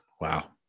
Wow